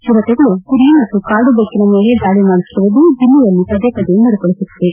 ಚಿರತೆಗಳು ಕುರಿ ಮತ್ತು ಕಾಡು ಬೆಕ್ಕಿನ ಮೇಲೆ ದಾಳ ಮಾಡುತ್ತಿರುವುದು ಜಿಲ್ಲೆಯಲ್ಲಿ ಪದೆ ಪದೆ ಮರುಕಳಸುತ್ತಿದೆ